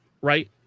right